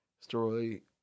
Story